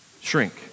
shrink